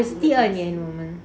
is 第二年 woman